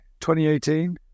2018